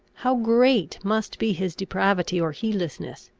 how great must be his depravity or heedlessness,